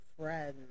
friends